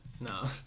No